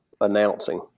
announcing